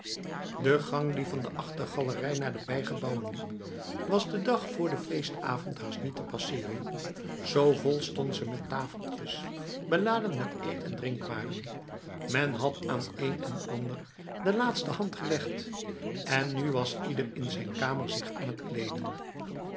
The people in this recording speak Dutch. de gang die van de achtergalerij naar de bijgebouwen liep was de dag vr de feestavond haast niet te passeren zo vol stond ze met tafeltjes beladen met eet en drinkwaren men had aan een en ander de laatste hand gelegd en nu was ieder in zijn kamer zich aan het kleden